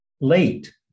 late